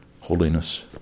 holiness